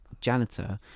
janitor